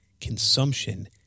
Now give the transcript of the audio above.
consumption